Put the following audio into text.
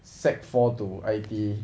sec four to I_T